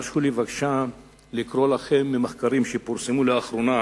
הרשו לי בבקשה לקרוא לכם ממחקרים שפורסמו לאחרונה,